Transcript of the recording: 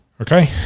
Okay